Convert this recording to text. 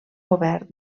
govern